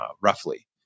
roughly